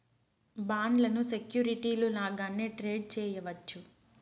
బాండ్లను సెక్యూరిటీలు లాగానే ట్రేడ్ చేయవచ్చు